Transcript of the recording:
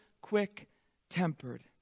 quick-tempered